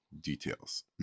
details